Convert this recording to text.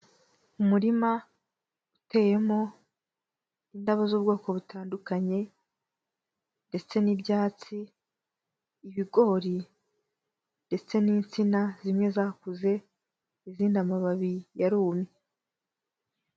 Umurima uteyemo indabo z'ubwoko butandukanye ndetse n'ibyatsi, ibigori ndetse n'insina zimwe zakuze, izindi amababi yarumye.